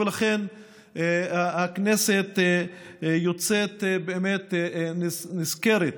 ולכן הכנסת תצא באמת נשכרת